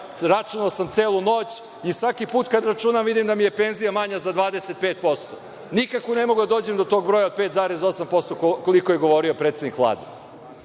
računao sam celu noć i svaki put kad računam vidim da mi je penzija manja za 25%. Nikako ne mogu da dođem do tog broja od 5,8% koliko je govorio predsednik Vlade. Evo